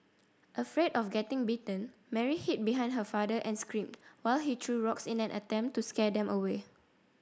afraid of getting bitten Mary hid behind her father and screamed while he threw rocks in an attempt to scare them away